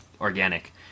organic